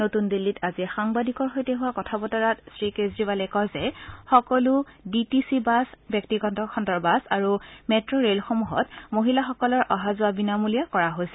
নতুন দিল্লীত আজি সাংবাদিকৰ সৈতে হোৱা কথা বতৰাত শ্ৰী কেজৰিৱালে কয় যে সকলো ডি টি চি বাছ ব্যক্তিগত খণ্ডৰ বাছ আৰু মেট্' ৰে'লসমূহত মহিলাসকলৰ অহা যোৱা বিনামূলীয়া কৰা হৈছে